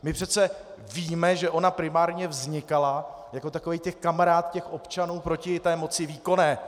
My přece víme, že ona primárně vznikala jako takový kamarád občanů proti moci výkonné.